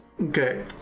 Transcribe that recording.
Okay